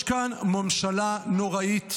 יש כאן ממשלה נוראית,